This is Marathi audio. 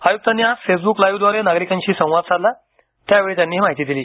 आयुक्तांनी आज फेसब्रुक लाईव्ह द्वारे नागरिकांशी संवाद साधला त्यावेळी त्यांनी ही माहीती दिली